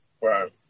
Right